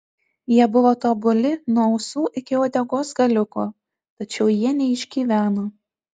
jie buvo tobuli nuo ausų iki uodegos galiuko tačiau jie neišgyveno